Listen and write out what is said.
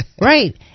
right